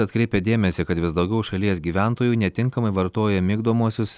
atkreipia dėmesį kad vis daugiau šalies gyventojų netinkamai vartoja migdomuosius